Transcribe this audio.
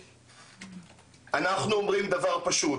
או פעוט,